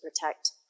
protect